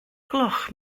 gloch